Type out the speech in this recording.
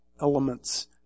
elements